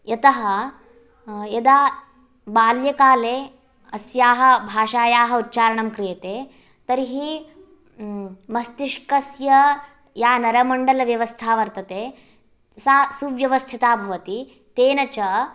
यतः यदा बाल्यकाले अस्याः भाषायाः उच्चारणं क्रियते तर्हि मस्तिष्कस्य या नरमण्डलव्यव्स्था वर्तते सा सुव्यवस्थिता भवति तेन च